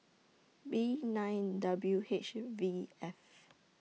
B nine W H V F